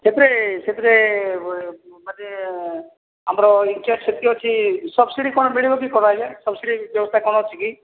ସେଥିରେ ସେଥିରେ ମାନେ ଆମର ଇନଚାର୍ଜ ସେତିକି ଅଛି ସବସିଡି କଣ ମିଳିବ କି ଆଜ୍ଞା ସବସିଡି କଣ ବ୍ୟବସ୍ଥା ଅଛି କି